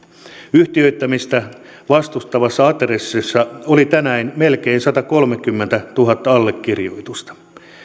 yhtiöittämistä vastustavassa adressissa oli tänään melkein satakolmekymmentätuhatta allekirjoitusta